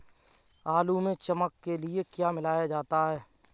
आलू में चमक के लिए क्या मिलाया जाता है?